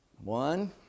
One